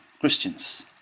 Christians